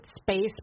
space